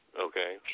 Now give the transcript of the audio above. Okay